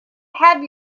have